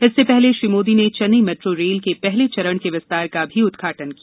इससे पहले श्री मोदी ने चेन्नई मेट्रो रेल के पहले चरण के विस्तार का भी उद्घाटन किया